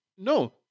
No